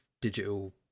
digital